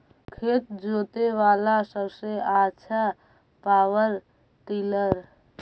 खेत जोते बाला सबसे आछा पॉवर टिलर?